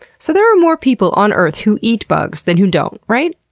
so there are more people on earth who eat bugs than who don't, right?